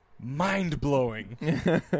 mind-blowing